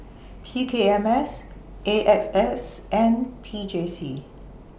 P K M S A X S and P J C